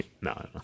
No